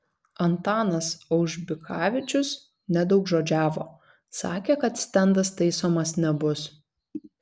antanas aužbikavičius nedaugžodžiavo sakė kad stendas taisomas nebus